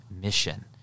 mission